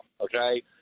okay